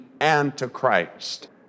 antichrist